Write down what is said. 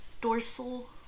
dorsal